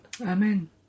Amen